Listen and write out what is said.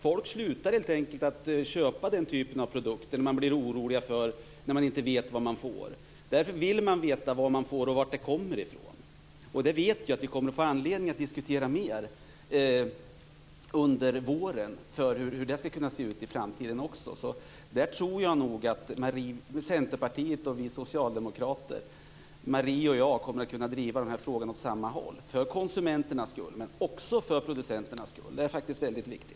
Folk slutar helt enkelt att köpa den typen av produkter. Man blir orolig när man inte vet vad man får. Därför vill man veta vad man får och var det kommer från. Jag vet att vi under våren kommer att få anledning att mer diskutera hur ursprungsmärkningen skall kunna se ut i framtiden. Jag tror nog att Centerpartiet och vi socialdemokrater, Marie och jag, kommer att kunna driva den här frågan åt samma håll, för konsumenternas skull men också för producenternas skull. Det är faktiskt väldigt viktigt.